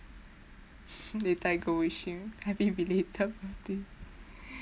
later I go wish him happy belated birthday